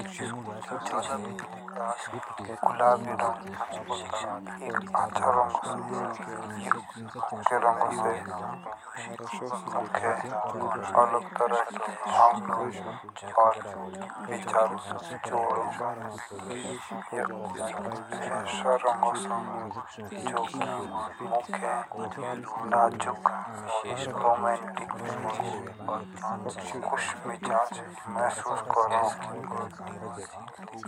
गुलाबी रंग एक अच्छा रंग ओसो यह ओके रंगो से मुख्य अलग तरह की भावना और विचार जोडो। यह एक ऐसा रंग ओसो जो मुझे के नाजुक रोमांटिक और खुश मिजाज महसूस कर रहा हूँ।